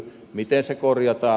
miten se korjataan